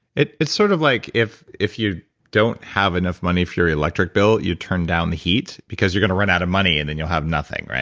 it's it's sort of like if if you don't have enough money for your electric bill. you turn down the heat because you're going to run out of money, and then you'll have nothing